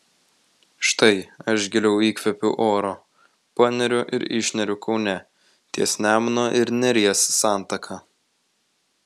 štai aš giliau įkvepiu oro paneriu ir išneriu kaune ties nemuno ir neries santaka